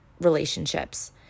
relationships